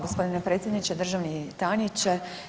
g. predsjedniče, državni tajniče.